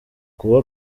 kuba